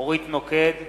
אורית נוקד,